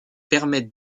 permettent